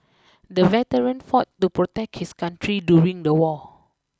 the veteran fought to protect his country during the war